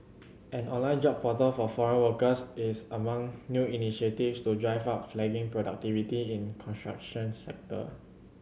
an online job portal for foreign workers is among new initiatives to drive up flagging productivity in construction sector